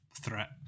threat